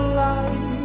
light